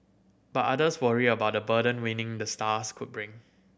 but others worry about the burden winning the stars could bring